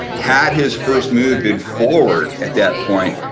had his first move been forward at that point,